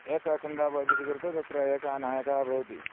एकः तण्डः भवति इति कृत्वा तत्र एकः नायकः भवति